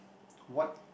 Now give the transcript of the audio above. what